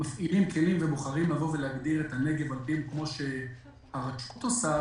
שמפעילים כלים ובוחרים להגדיר את הנגב כמו שהרשות עושה?